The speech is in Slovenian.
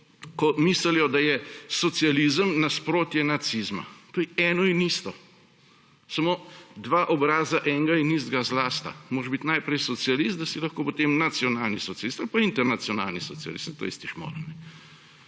ko mislijo, da je socializem nasprotje nacizma. To je eno in isto. Samo dva obraza enega in istega zla sta. Moraš biti najprej socialist, da bi potem lahko nacionalni socialist ali pa internacionalni socialist. Saj